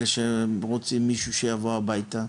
שרוצים שמישהו יבוא הביתה,